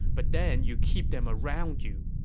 but then you keep them around you.